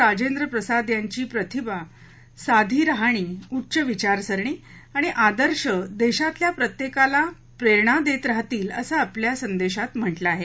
राजेंद्र प्रसाद यांची प्रतिमा साधी रहाणी उच्च विचारसरणी आणि आदर्श देशातल्या प्रत्येकाला प्रेरणा देत राहतील असं आपल्या संदेशात म्हटलं आहे